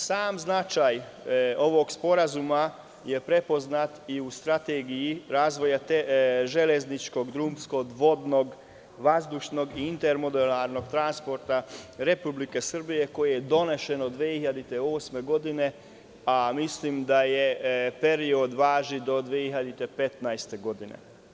Sam značaj ovog sporazuma je prepoznat i u Strategiji razvoja železničkog, drumskog, vodnog, vazdušnog i inter-modularnog transporta Republike Srbije koja je donošena 2008. godine, a mislim da je period važi do 2015. godine.